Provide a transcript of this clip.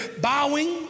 bowing